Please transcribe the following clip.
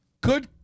Good